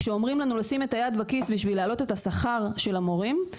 כשאומרים לנו לשים את היד בכיס בשביל להעלות את השכר של המורים,